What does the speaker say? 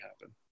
happen